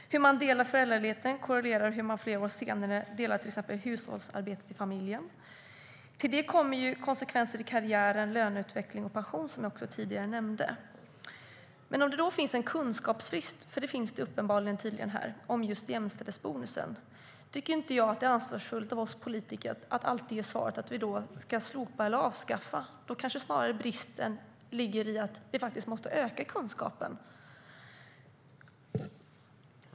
Hur man delar föräldraledigheten korrelerar med hur man flera år senare delar på till exempel hushållsarbetet i familjen. Till det kommer konsekvenser i karriären, löneutveckling och pension som jag också nämnde tidigare. Men om det finns en kunskapsbrist om just jämställdhetsbonusen - det finns det tydligen här - är det inte ansvarsfullt av oss politiker att alltid svara att vi ska slopa eller avskaffa. Bristen kanske snarare ligger i att vi måste öka kunskapen.